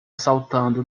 saltando